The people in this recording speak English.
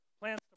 plans